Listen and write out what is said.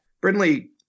Brindley